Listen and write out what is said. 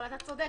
אבל אתה צודק,